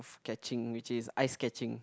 catching which is ice catching